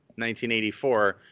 1984